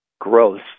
growth